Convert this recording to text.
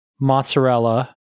mozzarella